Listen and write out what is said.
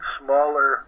smaller